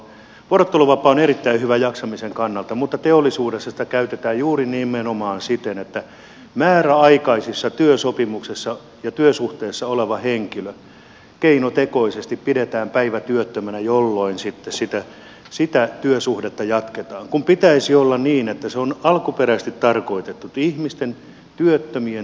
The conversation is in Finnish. vuorotteluvapaa on erittäin hyvä jaksamisen kannalta mutta teollisuudessa sitä käytetään juuri nimenomaan siten että määräaikaisessa työsuhteessa oleva henkilö keinotekoisesti pidetään päivä työttömänä jolloin sitten sitä työsuhdetta jatketaan kun pitäisi olla niin että se on alkuperäisesti tarkoitettu työttömien ihmisten työllistämiseksi